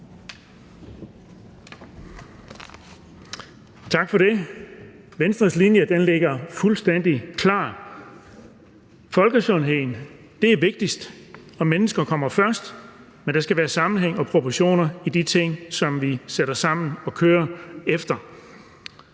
Tak for det. Venstres linje ligger fuldstændig klar. Folkesundheden er vigtigst, og mennesker kommer først, men der skal være sammenhæng og proportioner i de ting, som vi sætter sammen og kører efter.